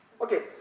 Okay